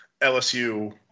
LSU